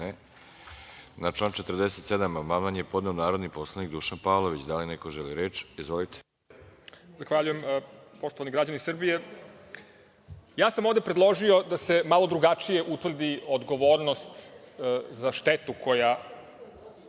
član 47. amandman je podneo narodni poslanik Dušan Pavlović. Da li neko želi reč? Izvolite. **Dušan Pavlović** Zahvaljujem. Poštovani građani Srbije, ja sam ovde predložio da se malo drugačije utvrdi odgovornost za štetu od